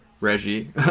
Reggie